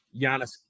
Giannis